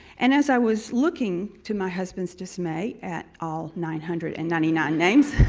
and as i was looking, to my husband's dismay, at all nine hundred and ninety nine names,